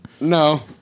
no